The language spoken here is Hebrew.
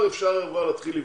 אפשר להתחיל לבנות.